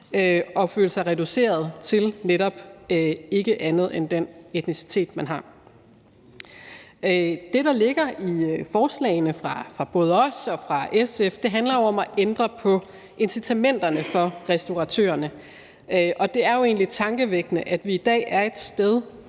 og føle sig reduceret til netop ikke andet end den etnicitet, man har. Det, der ligger i forslagene fra både os og fra SF, handler om at ændre på incitamenterne for restauratørerne. Og det er jo egentlig tankevækkende, at vi i dag er et sted,